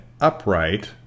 Upright